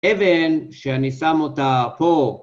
אבן שאני שם אותה פה